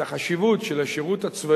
חברי